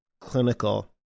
clinical